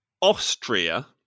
Austria